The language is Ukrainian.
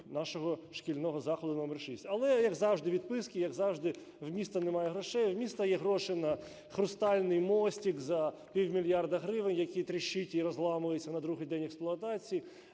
нашого шкільного закладу № 6. Але, як завжди, відписки, як завжди, в міста немає грошей. В міста є гроші на хрустальний мостик за півмільярда гривень, який тріщить і розламується на другий день експлуатації.